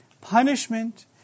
punishment